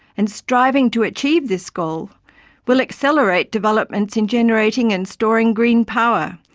and striving to achieve this goal will accelerate developments in generating and storing green power,